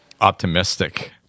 optimistic